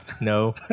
No